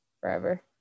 forever